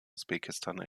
usbekistan